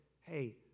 Hey